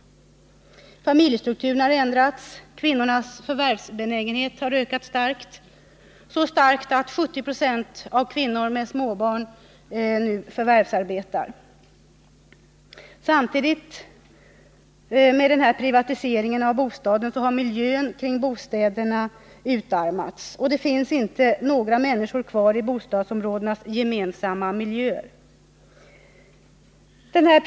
Familjestrukturen har ändrats, kvinnornas förvärvsbenägenhet har ökat starkt — så starkt att över 70 20 av kvinnorna med småbarn nu förvärvsarbetar. Samtidigt med denna privatisering av bostaden har miljön kring bostäderna utarmats, och det finns inte några människor kvar i bostadsområdenas gemensamma miljöer.